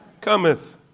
cometh